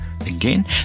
Again